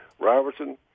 Robertson